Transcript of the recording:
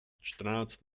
čtrnáct